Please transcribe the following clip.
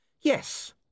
Yes